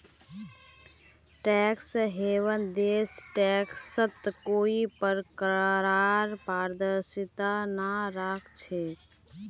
tax haven देश टैक्सत कोई प्रकारक पारदर्शिता नइ राख छेक